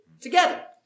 together